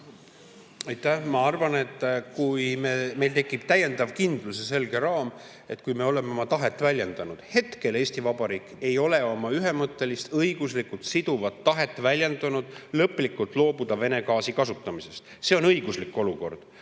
Ma arvan, et kui meil tekib täiendav kindlus ja selge raam, kui me oleme oma tahet väljendanud. Hetkel Eesti Vabariik ei ole oma ühemõttelist õiguslikult siduvat tahet lõplikult loobuda Vene gaasi kasutamisest väljendanud. See on õiguslik olukord.